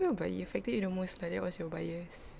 no but it affected you the most like that was your buyers